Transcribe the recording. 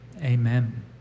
Amen